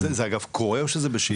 זה, אגב, קורה, או שזה בשאיפה?